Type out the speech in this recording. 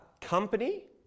Company